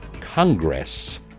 Congress